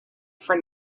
for